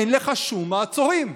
אין לך שום מעצורים.